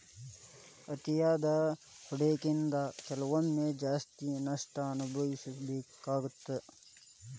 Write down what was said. ಅತಿಯಾದ ಹೂಡಕಿಯಿಂದ ಕೆಲವೊಮ್ಮೆ ಜಾಸ್ತಿ ನಷ್ಟ ಅನಭವಿಸಬೇಕಾಗತ್ತಾ